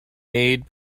made